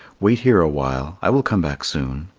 wait here awhile i will come back soon.